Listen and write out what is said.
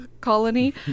colony